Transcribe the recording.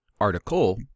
Article